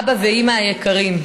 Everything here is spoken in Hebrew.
אבא ואימא היקרים,